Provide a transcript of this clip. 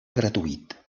gratuït